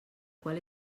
qual